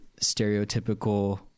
stereotypical